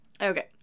Okay